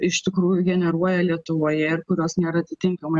iš tikrųjų generuoja lietuvoje ir kurios nėra atitinkamai